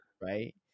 right